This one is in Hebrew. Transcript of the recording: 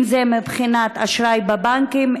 אם זה מבחינת אשראי בבנקים,